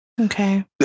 Okay